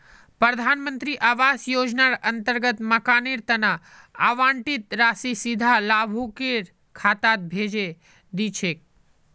प्रधान मंत्री आवास योजनार अंतर्गत मकानेर तना आवंटित राशि सीधा लाभुकेर खातात भेजे दी छेक